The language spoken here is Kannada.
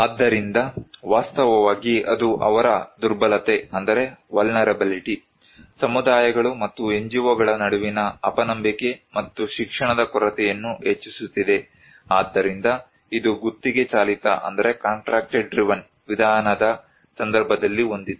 ಆದ್ದರಿಂದ ವಾಸ್ತವವಾಗಿ ಅದು ಅವರ ದುರ್ಬಲತೆ ಸಮುದಾಯಗಳು ಮತ್ತು NGO ಗಳ ನಡುವಿನ ಅಪನಂಬಿಕೆ ಮತ್ತು ಶಿಕ್ಷಣದ ಕೊರತೆಯನ್ನು ಹೆಚ್ಚಿಸುತ್ತಿದೆ ಆದ್ದರಿಂದ ಇದು ಗುತ್ತಿಗೆ ಚಾಲಿತ ವಿಧಾನದ ಸಂದರ್ಭದಲ್ಲಿ ಹೊಂದಿತ್ತು